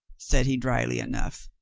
said he, drily enough.